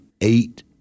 eight